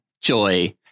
Joy